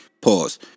pause